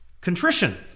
Contrition